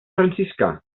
franciscà